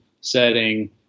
setting